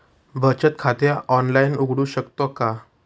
बचत खाते ऑनलाइन उघडू शकतो का?